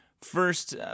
First